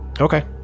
Okay